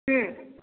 ହୁଁ